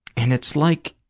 and it's like,